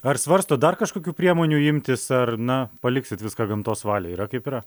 ar svarstot dar kažkokių priemonių imtis ar na paliksit viską gamtos valiai yra kaip yra